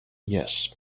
yes